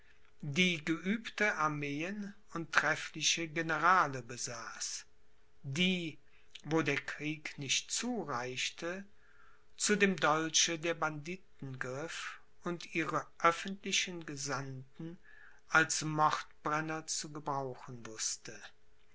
die geübte armeen und treffliche generale besaß die wo der krieg nicht zureichte zu dem dolche der banditen griff und ihre öffentlichen gesandten als mordbrenner zu gebrauchen wußte